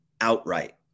outright